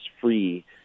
free